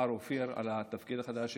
מר אופיר, על התפקיד החדש.